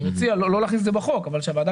אני מציע לא להכניס את זה בחוק אבל שהוועדה